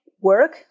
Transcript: work